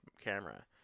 camera